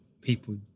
people